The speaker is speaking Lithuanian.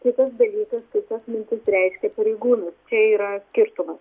kitas dalykas kai tas mintis reiškia pareigūnas čia yra skirtumas